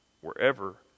wherever